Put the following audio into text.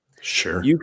Sure